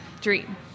dream